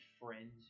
friend